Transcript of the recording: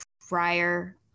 prior